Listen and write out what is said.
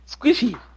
Squishy